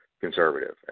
conservative